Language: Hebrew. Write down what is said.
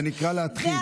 זה נקרא להתחיל.